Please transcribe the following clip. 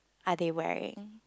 are they wearing